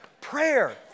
Prayer